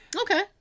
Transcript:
Okay